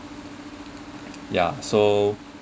ya so